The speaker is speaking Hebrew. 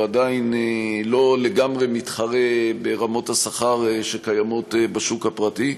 הוא עדיין לא לגמרי מתחרה ברמות השכר שקיימות בשוק הפרטי.